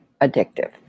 addictive